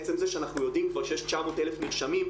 עצם זה שאנחנו יודעים כבר שיש 900 אלף נרשמים,